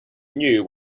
knew